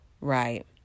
right